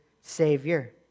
Savior